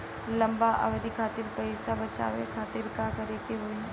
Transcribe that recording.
लंबा अवधि खातिर पैसा बचावे खातिर का करे के होयी?